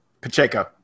Pacheco